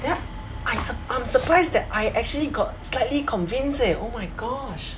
then I sur~ I'm surprised that I actually got slightly convinced eh oh my gosh